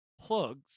plugs